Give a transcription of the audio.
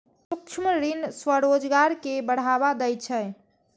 सूक्ष्म ऋण स्वरोजगार कें बढ़ावा दै छै